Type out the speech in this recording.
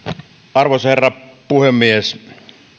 arvoisa herra puhemies